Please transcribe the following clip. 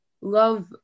love